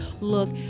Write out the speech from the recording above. look